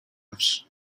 offs